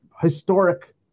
historic